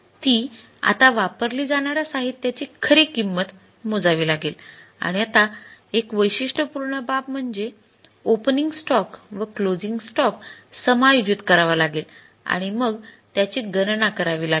ती आता वापरली जाणाऱ्या साहित्याची खरी किंमत मोजावी लागेल आणि आता एक वैशिष्ट्यपूर्ण बाब म्हणजे ओपनिंग स्टॉक व क्लोसिंग स्टॉक समायोजित करावा लागेल आणि मग त्याची गणना करावी लागेल